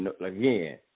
again